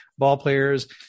ballplayers